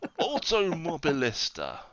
Automobilista